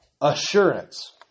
assurance